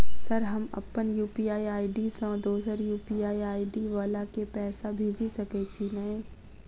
Sir हम अप्पन UPI ID सँ दोसर यु.पी.आई आई.डी वला केँ पैसा भेजि सकै छी नै?